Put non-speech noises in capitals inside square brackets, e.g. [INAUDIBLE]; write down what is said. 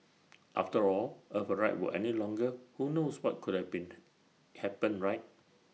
[NOISE] after all if her ride were any longer who knows what could have been [NOISE] happened right